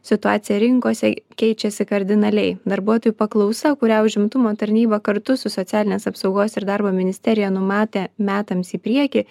situacija rinkose keičiasi kardinaliai darbuotojų paklausa kurią užimtumo tarnyba kartu su socialinės apsaugos ir darbo ministerija numatė metams į priekį